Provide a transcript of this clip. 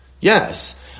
yes